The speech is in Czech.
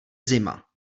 zima